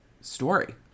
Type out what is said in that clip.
story